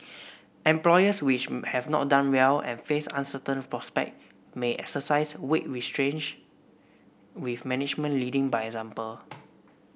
employers which have not done well and face uncertain prospect may exercise wage restraint with management leading by example